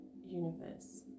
universe